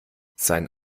sein